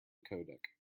codec